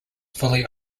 fully